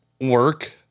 work